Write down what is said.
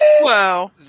Wow